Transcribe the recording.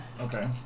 Okay